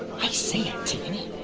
i say, antigone!